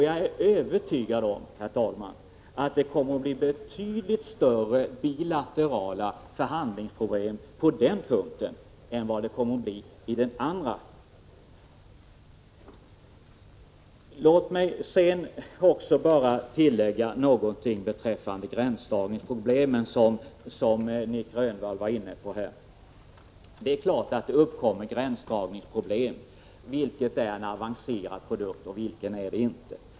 Jag är övertygad om, herr talman, att det på den punkten kommer att bli betydligt större problem i de bilaterala förhandlingarna än när det gäller de övriga frågorna. Låt mig sedan tillägga några ord beträffande gränsdragningsproblemen, som Nic Grönvall var inne på. Det är klart att det uppkommer gränsdragningsproblem när man t.ex. skall avgöra om en produkt är avancerad eller inte.